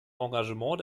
engagement